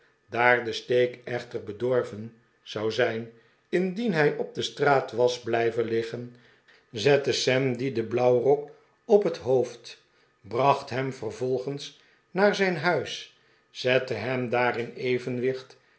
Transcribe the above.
daar de steek echter bedorven zou zijn indien hij op de straat was blijven liggen zette sam dien den blauwrok op net hoofd bracht hem vervolgens naar zijn huis zette hem daar in evenwicht